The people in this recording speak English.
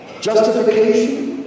justification